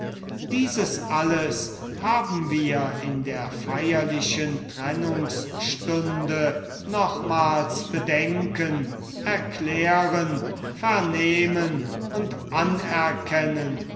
dieses alles haben wir in der feierlichen trennungsstunde nochmals bedenken erklären vernehmen und anerkennen